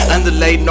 Underlay